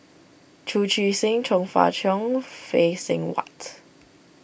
Chu Chee Seng Chong Fah Cheong Phay Seng Whatt